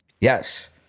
Yes